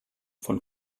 von